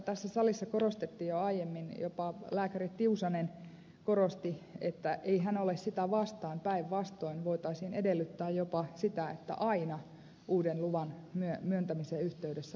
tässä salissa korostettiin jo aiemmin sitä jopa lääkäri tiusanen korosti että ei hän ole sitä vastaan päinvastoin että voitaisiin edellyttää jopa sitä että aina uuden luvan myöntämisen yhteydessä vaadittaisiin lääkärinlausunto